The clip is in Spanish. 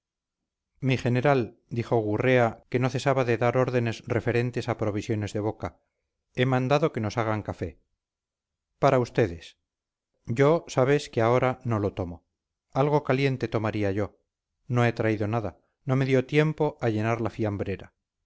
mi general dijo gurrea que no cesaba de dar órdenes referentes a provisiones de boca he mandado que nos hagan café para ustedes yo sabes que ahora no lo tomo algo caliente tomaría yo no he traído nada no me dio tiempo a llenar la fiambrera